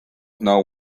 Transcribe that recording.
know